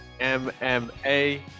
mma